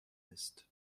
ist